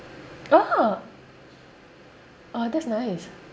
orh orh that's nice